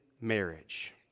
marriage